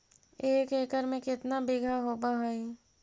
एक एकड़ में केतना बिघा होब हइ?